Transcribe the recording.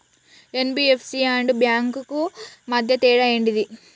NBFC and banks కు మధ్య తేడా ఏంటిది?